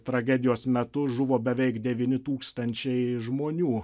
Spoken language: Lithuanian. tragedijos metu žuvo beveik devyni tūkstančiai žmonių